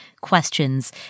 questions